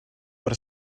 per